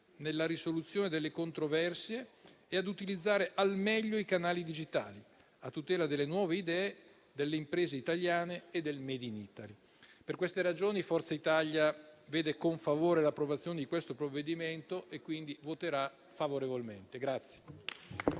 nella risoluzione delle controversie e ad utilizzare al meglio i canali digitali, a tutela delle nuove idee delle imprese italiane e del *made in Italy*. Per queste ragioni, Forza Italia vede con favore l'approvazione di questo provvedimento e quindi voterà favorevolmente.